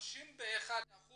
31%